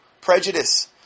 prejudice